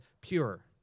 pure